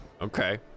Okay